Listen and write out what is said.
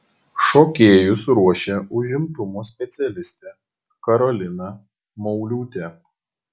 šokėjus ruošė užimtumo specialistė karolina mauliūtė